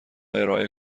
ارائه